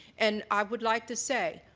and i would like to say,